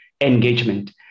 engagement